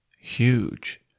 Huge